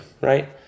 Right